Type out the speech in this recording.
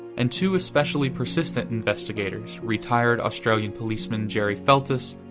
and two especially persistent investigators retired australian policeman gerry feltus,